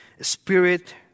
spirit